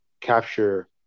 capture